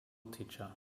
teacher